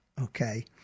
okay